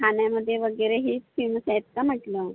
खाण्यामदे वगैरे हीच फेमस आहेत का म्हंटलं